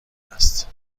است